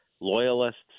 loyalists